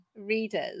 readers